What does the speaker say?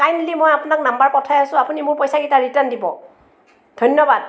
kindly মই আপোনাক number পঠাই আছোঁ আপুনি মোৰ পইচাকেইটা ৰিটাৰ্ণ দিব ধন্যবাদ